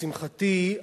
לשמחתי,